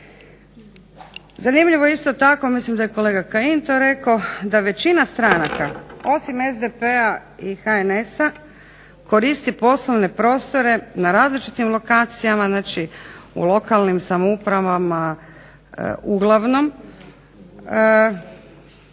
Zanimljivo je isto tako, mislim da je kolega Kajin to rekao, da većina stranaka osim SDP-a i HNS-a koristi poslovne prostore na različitim lokacijama, znači u lokalnim samoupravama uglavnom